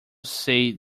say